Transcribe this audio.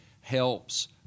helps